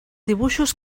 dibuixos